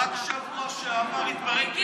רק בשבוע שעבר התפרק לי